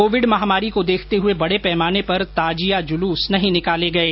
Covid महामारी को देखते हुए बड़े पैमाने पर ताजिया जुलूस नहीं निकाले गए